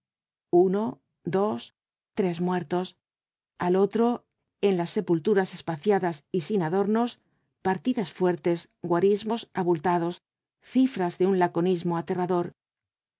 uno dos tres muertos al otro en las sepulturas espaciadas y sin adornos partidas fuertes guarismos abultados cifras de un laconismo aterrador